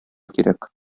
кирәк